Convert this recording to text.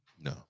no